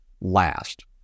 last